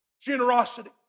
generosity